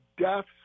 deaths